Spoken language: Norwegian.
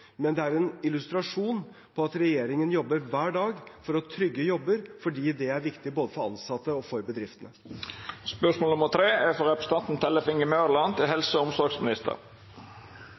men det er en illustrasjon av at regjeringen jobber hver dag for å trygge jobber – fordi det er viktig både for ansatte og for bedriftene. «I forbindelse med trontaledebatten vedtok Stortinget følgende: «Stortinget ber regjeringen utarbeide klare retningslinjer for hvordan sårbare barn og